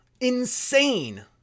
insane